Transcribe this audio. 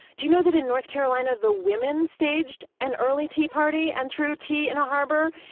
do you know that in north carolina the women staged an early tea party and threw tea in a harbor?